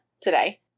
today